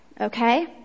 Okay